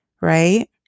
Right